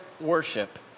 worship